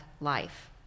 life